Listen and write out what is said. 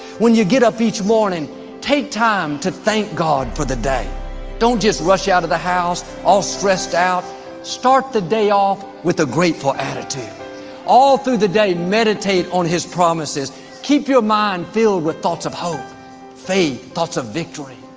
when you get up each morning take time to thank god for the day don't just rush out of the house all stressed out start the day off with a grateful attitude all through the day meditate on his promises keep your mind filled with thoughts of hope faith thoughts of victory